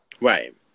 right